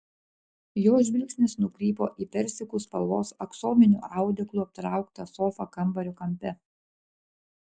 jo žvilgsnis nukrypo į persikų spalvos aksominiu audeklu aptrauktą sofą kambario kampe